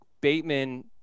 Bateman